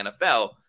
NFL